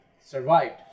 survived